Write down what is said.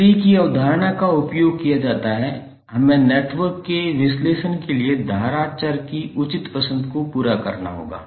tree की अवधारणा का उपयोग किया जाता है हमें नेटवर्क के विश्लेषण के लिए धारा चर की उचित पसंद को पूरा करना होगा